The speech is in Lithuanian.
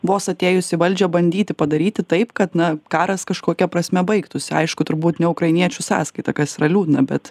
vos atėjus į valdžią bandyti padaryti taip kad na karas kažkokia prasme baigtųsi aišku turbūt ne ukrainiečių sąskaita kas yra liūdna bet